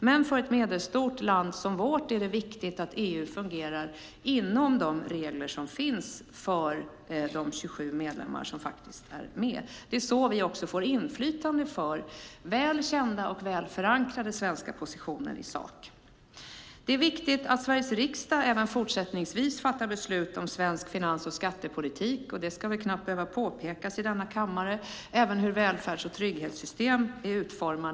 Men för ett medelstort land som vårt är det viktigt att EU fungerar inom de regler som finns för de 27 medlemmar som är med. Det är också så vi får inflytande för väl kända och väl förankrade svenska positioner i sak. Det är viktigt att Sveriges riksdag även fortsättningsvis fattar beslut om svensk finans och skattepolitik. Det ska knappast behöva påpekas i denna kammare. Det gäller även hur välfärds och trygghetssystem är utformade.